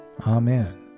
Amen